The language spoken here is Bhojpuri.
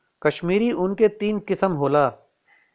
कश्मीरी ऊन के तीन किसम होला